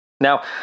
Now